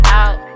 out